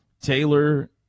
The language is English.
taylor